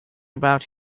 about